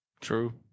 True